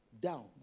down